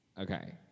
Okay